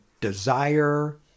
desire